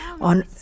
on